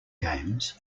games